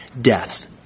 death